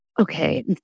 okay